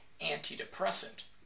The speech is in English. antidepressant